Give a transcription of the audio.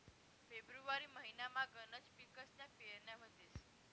February महिनामा गनच पिकसन्या पेरण्या व्हतीस